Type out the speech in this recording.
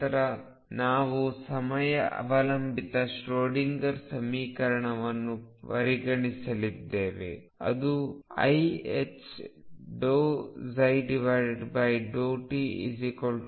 ನಂತರ ನಾವು ಸಮಯ ಅವಲಂಬಿತ ಶ್ರೊಡಿಂಗರ್ ಸಮೀಕರಣವನ್ನು ಪರಿಗಣಿಸಿದ್ದೇವೆ ಅದು iℏ∂ψ∂tH